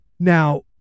Now